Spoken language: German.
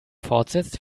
fortsetzt